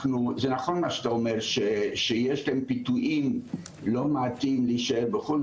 זה נכון מה שאתה אומר שיש להם פיתויים לא מעטים להישאר בחו"ל,